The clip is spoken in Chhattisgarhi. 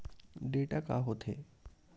डेटा का होथे?